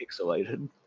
pixelated